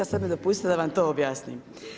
Sada mi dopustite da vam to objasnim.